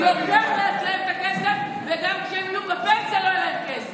אתה לוקח את הכסף האישי שלהם ונותן להם את זה,